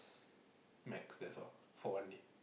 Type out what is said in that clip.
max that's all for one day